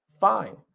fine